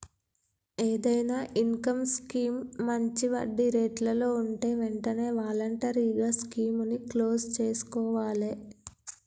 ఏదైనా income scheme మంచి వడ్డీరేట్లలో వుంటే వెంటనే వాలంటరీగా స్కీముని క్లోజ్ చేసుకోవాలే